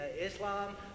Islam